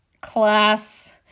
class